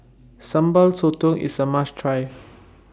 Sambal Sotong IS A must Try